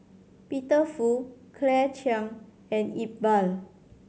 Peter Fu Claire Chiang and Iqbal